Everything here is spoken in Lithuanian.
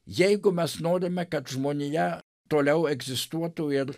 jeigu mes norime kad žmonija toliau egzistuotų ir